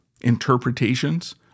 interpretations